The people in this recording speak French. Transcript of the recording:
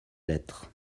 lettres